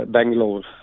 Bangalore